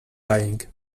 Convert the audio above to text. lying